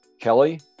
Kelly